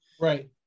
Right